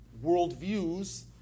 worldviews